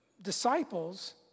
Disciples